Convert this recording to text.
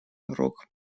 рог